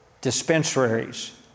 dispensaries